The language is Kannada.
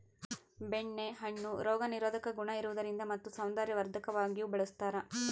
ಬೆಣ್ಣೆ ಹಣ್ಣು ರೋಗ ನಿರೋಧಕ ಗುಣ ಇರುವುದರಿಂದ ಮತ್ತು ಸೌಂದರ್ಯವರ್ಧಕವಾಗಿಯೂ ಬಳಸ್ತಾರ